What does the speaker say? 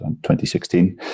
2016